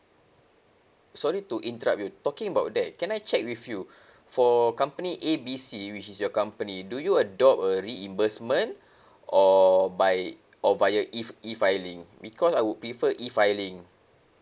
sorry to interrupt you talking about that can I check with you for company A B C which is your company do you adopt a reimbursement or by or via E E filing because I would prefer E filing